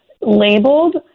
labeled